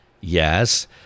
yes